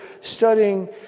studying